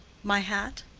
my hat?